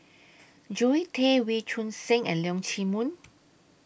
Zoe Tay Wee Choon Seng and Leong Chee Mun